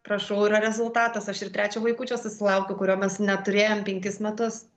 prašau yra rezultatas aš ir trečio vaikučio susilaukiau kurio mes neturėjom penkis metus